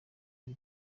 ari